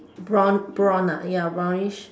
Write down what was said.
brown brown ah ya brownish